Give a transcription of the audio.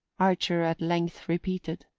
archer at length repeated.